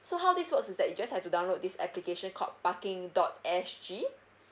so how this work is that you just have to download this application called parking dot s g